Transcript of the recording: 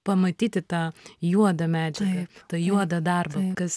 pamatyti tą juodą medžiagą tą juodą darbą kas